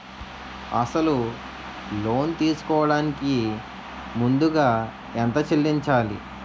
అసలు లోన్ తీసుకోడానికి ముందుగా ఎంత చెల్లించాలి?